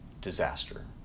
disaster